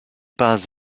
pas